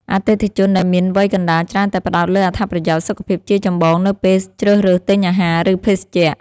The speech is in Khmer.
អតិថិជនដែលមានវ័យកណ្តាលច្រើនតែផ្តោតលើអត្ថប្រយោជន៍សុខភាពជាចម្បងនៅពេលជ្រើសរើសទិញអាហារ ឬភេសជ្ជៈ។